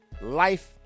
life